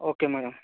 okay madam